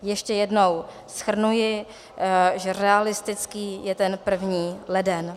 Ještě jednou shrnuji, že realistický je ten 1. leden.